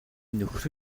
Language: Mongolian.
нөхөр